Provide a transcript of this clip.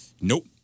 Nope